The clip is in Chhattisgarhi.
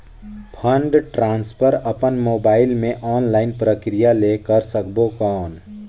फंड ट्रांसफर अपन मोबाइल मे ऑनलाइन प्रक्रिया ले कर सकबो कौन?